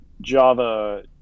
Java